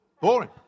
Boring